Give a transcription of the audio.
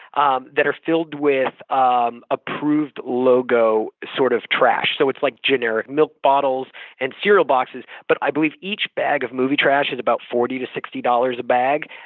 um that are filled with um approved logo sort of trash. so it's like generic milk bottles and cereal boxes. but i believe each bag of movie trash is about forty to sixty dollars a bag,